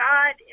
God